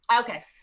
Okay